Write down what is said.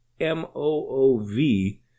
M-O-O-V